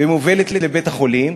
ומובלת לבית-החולים,